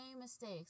mistakes